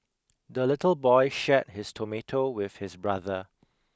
the little boy shared his tomato with his brother